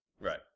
right